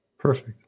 Perfect